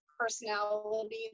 Personality